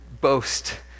boast